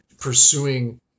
pursuing